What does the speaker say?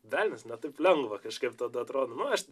velnias ne taip lengva kažkaip tada atrodo nu aš